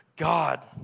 God